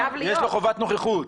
יש לו חובת נוכחות.